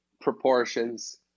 proportions